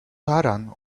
taran